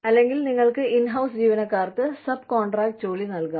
അല്ലെങ്കിൽ നിങ്ങൾക്ക് in house ജീവനക്കാർക്ക് സബ് കോൺട്രാക്റ്റ് ജോലി നൽകാം